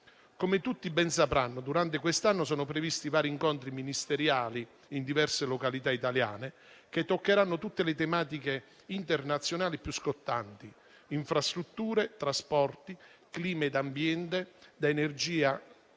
Come tutti ben sapranno, durante quest'anno sono previsti vari incontri ministeriali in diverse località italiane che toccheranno tutte le tematiche internazionali più scottanti (infrastrutture, trasporti, clima e ambiente, energia, finanza,